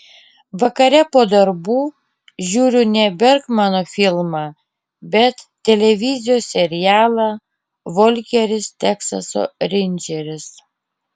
vakare po darbų žiūriu ne bergmano filmą bet televizijos serialą volkeris teksaso reindžeris